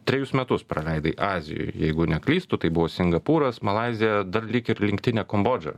trejus metus praleidai azijoj jeigu neklystu tai buvo singapūras malaizija dar lyg ir linktinė kambodža